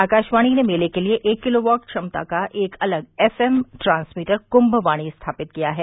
आकाशवाणी ने मेले के लिए एक किलोवाट क्षमता का एक अलग एफ एम ट्रांसमीटर कुंभवाणी स्थापित किया है